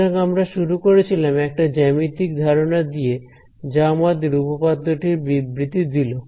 সুতরাং আমরা শুরু করেছিলাম একটি জ্যামিতিক ধারণা দিয়ে যা আমাদের উপপাদ্য টির বিবৃতি দিল